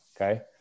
Okay